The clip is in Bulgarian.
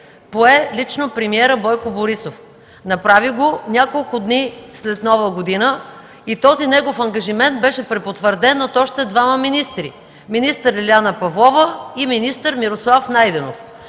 пое лично премиерът Бойко Борисов. Направи го няколко дни след Нова година и този негов ангажимент беше препотвърден от още двама министри – министър Лиляна Павлова и министър Мирослав Найденов.